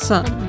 Son